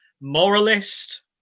moralist